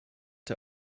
der